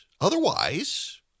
otherwise